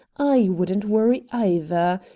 i wouldn't worry either.